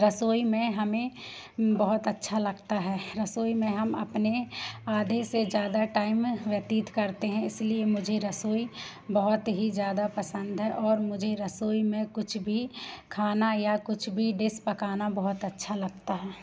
रसोई में हमें बहुत अच्छा लगता है रसोई में हम अपने आधे से ज़्यादा टाइम व्यतीत करते हैं इसलिए मुझे रसोई बहुत ही ज़्यादा पसंद है और मुझे रसोई में कुछ भी खाना या कुछ भी डिस पकाना ज़ बहुत अच्छा लगता है